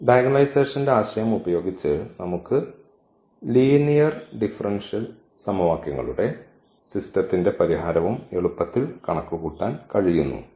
ഈ ഡയഗണണലൈസേഷൻന്റെ ആശയം ഉപയോഗിച്ച് നമുക്ക് ലീനിയർ ഡിഫറൻഷ്യൽ സമവാക്യങ്ങളുടെ സിസ്റ്റത്തിന്റെ പരിഹാരവും എളുപ്പത്തിൽ കണക്കുകൂട്ടാൻ കഴിയുന്നു